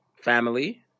family